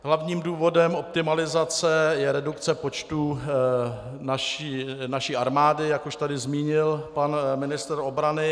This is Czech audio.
Hlavním důvodem optimalizace je redukce počtu naší armády, jak už tady zmínil pan ministr obrany.